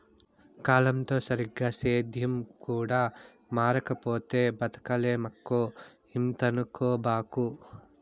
కాలంతో సరిగా సేద్యం కూడా మారకపోతే బతకలేమక్కో ఇంతనుకోబాకు